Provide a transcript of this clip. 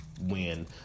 win